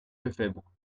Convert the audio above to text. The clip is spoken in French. lefebvre